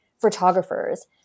photographers